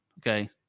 okay